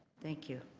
thank you.